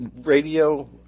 radio